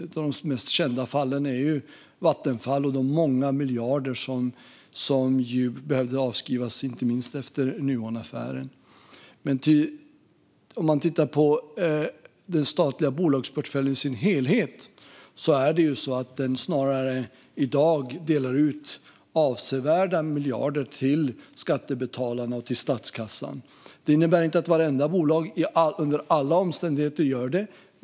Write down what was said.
Ett av de mest kända fallen är Vattenfall och de många miljarder som behövde avskrivas inte minst efter Nuonaffären. Men om man tittar på den statliga bolagsportföljen i sin helhet delar den snarare i dag ut avsevärda miljarder till skattebetalarna och statskassan. Det innebär inte att vartenda bolag under alla omständigheter gör det.